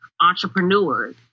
entrepreneurs